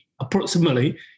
approximately